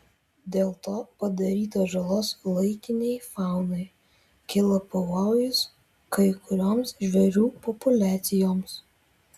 dėl to padaryta žalos laikinei faunai kilo pavojus kai kurioms žvėrių populiacijoms